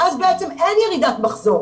ואז, בעצם, אין ירידת מחזור.